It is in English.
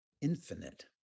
infinite